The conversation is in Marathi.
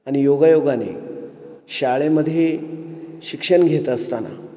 आणि योगायोगाने शाळेमध्ये शिक्षण घेत असताना